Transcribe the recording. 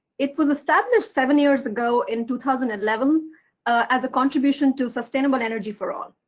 it was established seven years ago in two thousand and eleven as a contribution to sustainable energy for all.